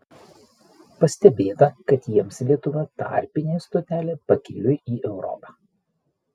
pastebėta kad jiems lietuva tarpinė stotelė pakeliui į europą